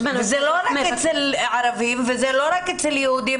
זה לא רק אצל הערבים וזה לא רק אצל היהודים